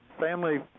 Family